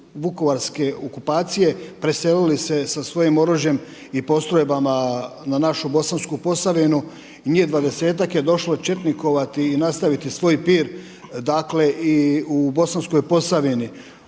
vukovarske okupacije preselili se sa svojim oružjem i postrojbama na našu Bosansku Posavinu i njih 20-tak je došlo četnikovati i nastaviti svoj pir, dakle i u Bosanskoj Posavini